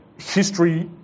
history